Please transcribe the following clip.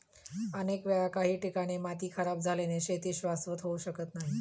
अनेक वेळा काही ठिकाणी माती खराब झाल्याने शेती शाश्वत होऊ शकत नाही